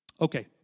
Okay